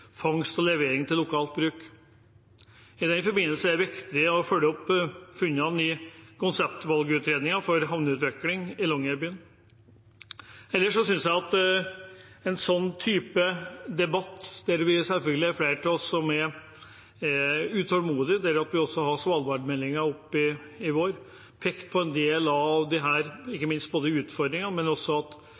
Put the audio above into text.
fangst og levering til lokal bruk. I den forbindelse er det viktig å følge opp funnene i konseptvalgutredningen for havneutvikling i Longyearbyen. Når det gjelder en sånn type debatt, er selvfølgelig flere oss utålmodige. Vi hadde svalbardmeldingen oppe til behandling i vår. Det ble pekt på en del av disse utfordringene, men også at vi har bare tiden og veien. Da tror jeg ikke at det handler om å kikke bakover, men